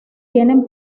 tienen